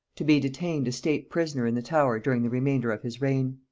to be detained a state prisoner in the tower during the remainder of his reign.